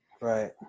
Right